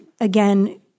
again